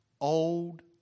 old